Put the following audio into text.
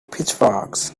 pitchforks